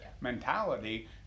mentality